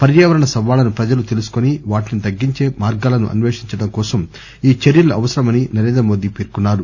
పర్యావరణ సవాళ్లను ప్రజలు తెలుసుకోని వాటిని తగ్గించే మార్గాలను అస్వేషించడం కోసం ఈ చర్యలు అవసరమని నరేంద్రమోది పేర్కొన్సారు